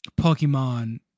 Pokemon